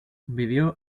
vivió